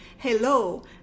Hello